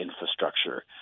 infrastructure